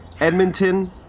Edmonton